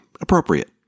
Appropriate